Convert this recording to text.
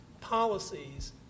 policies